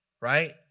right